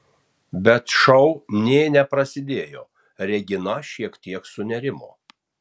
bet šou nė neprasidėjo regina šiek tiek sunerimo